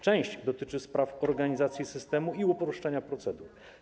Część dotyczy spraw organizacji systemu i uproszczenia procedur.